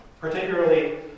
particularly